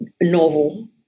novel